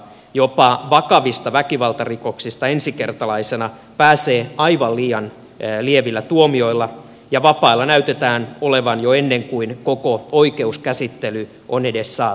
jopa vakavista väkivaltarikoksista ensikertalaisena pääsee aivan liian lievillä tuomioilla ja vapailla näkyy oltavan jo ennen kuin koko oikeuskäsittely on edes saatu loppuun